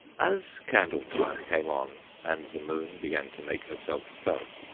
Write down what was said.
as candle-time came on, and the moon began to make herself felt,